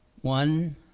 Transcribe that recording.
one